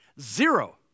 Zero